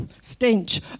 stench